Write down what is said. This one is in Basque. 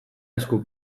esku